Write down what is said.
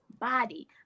body